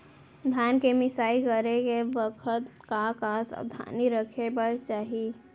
धान के मिसाई करे के बखत का का सावधानी रखें बर चाही?